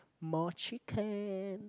more chicken